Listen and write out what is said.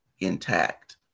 intact